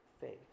faith